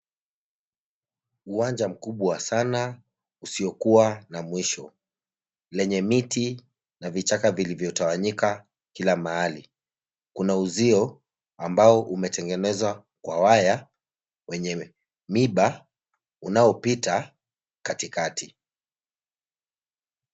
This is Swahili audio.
Uwanja mkubwa sana, usiokuwa na mwisho. Lenye miti, na vichaka vilivyotawanyika kila mahali. Kuna uzio ambao umetengenezwa kwa waya wenyewe, miba unaopita katikati.